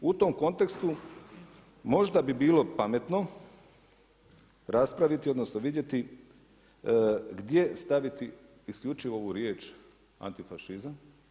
U tom kontekstu možda bi bilo pametno raspraviti odnosno vidjeti gdje staviti isključivo ovu riječ antifašizam.